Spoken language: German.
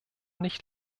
nicht